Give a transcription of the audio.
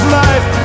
life